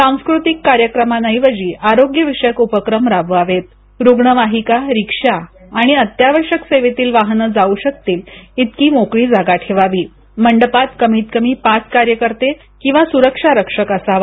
सांस्कृतिक कार्यक्रमांऐवजी आरोग्य विषयक उपक्रम राबवावेतरुग्णवाहिका रिक्षा आणि अत्यावश्यक सेवेतील वाहन जाऊ शकतील इतकी मोकळी जागा ठेवावी मंडपात कमीतकमी पाच कार्यकर्ते किंवा सुरक्षा रक्षक असावा